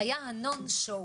היה ה-non show,